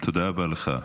תודה רבה לך.